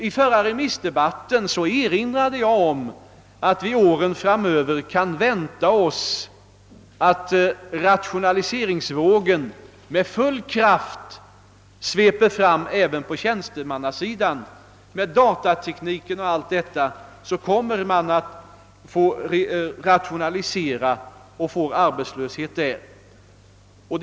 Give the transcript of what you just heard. I förra remissdebatten erinrade jag om att vi åren framöver kan vänta oss att rationaliseringsvågen med full kraft skall svepa fram även på tjänstemannasidan. Datatekniken och allt detta nya som kommer innebär rationaliseringar, och följden blir viss arbetslöshet för tjänstemännen.